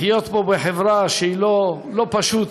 לחיות פה בחברה שהיא לא פשוטה,